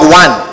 one